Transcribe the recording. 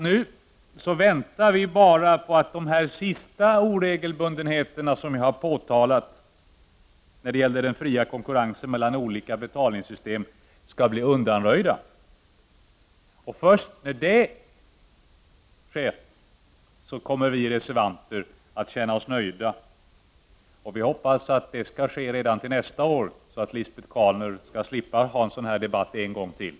Nu väntar vi bara på att de kvarvarande oregelbundheter som vi har påtalat när det gäller den fria konkurrensen mellan olika betalningssystem skall bli undanröjda. Först därefter kommer vi reservanter att känna oss nöjda. Vi hoppas att detta skall ske redan till nästa år, så att Lisbet Calner skall slippa föra en sådan här debatt en gång till.